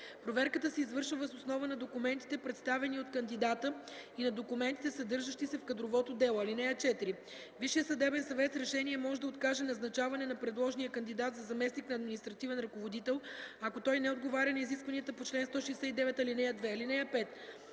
Проверката се извършва въз основа на документите, представени от кандидата, и на документите, съдържащи се в кадровото дело. (4) Висшият съдебен съвет с решение може да откаже назначаване на предложения кандидат за заместник на административен ръководител, ако той не отговаря на изискванията по чл. 169, ал. 2.